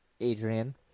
Adrian